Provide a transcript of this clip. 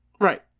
Right